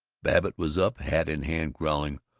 babbitt was up, hat in hand, growling,